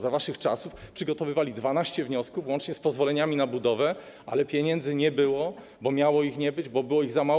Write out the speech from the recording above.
Za waszych czasów przygotowywały 12 wniosków, łącznie z pozwoleniami na budowę, ale pieniędzy nie było, bo miało ich nie być, bo było ich za mało.